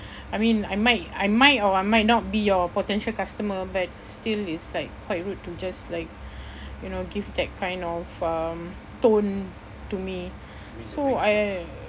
I mean I might I might or I might not be your potential customer but still it's like quite rude to just like you know give that kind of um tone to me so I